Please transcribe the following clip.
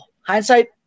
Hindsight